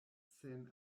sen